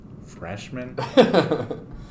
freshman